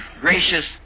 gracious